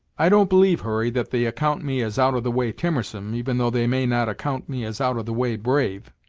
i don't believe, hurry, that they account me as out-of-the-way timorsome, even though they may not account me as out-of-the-way brave.